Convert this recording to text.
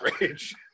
rage